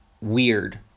weird